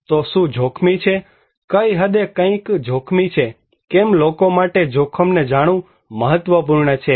તો શું જોખમી છે કઈ હદે કંઈક જોખમી છે કેમ લોકો માટે જોખમને જાણવું મહત્વપૂર્ણ છે